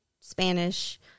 Spanish